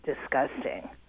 disgusting